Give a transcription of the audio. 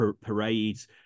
parades